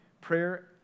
Prayer